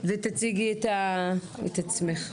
תציגי את עצמך.